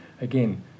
again